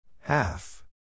Half